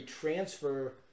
transfer